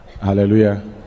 Hallelujah